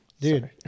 Dude